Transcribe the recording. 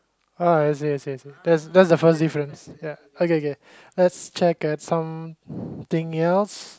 uh I see I see there's there's the first difference ya okay okay let's check at some thing else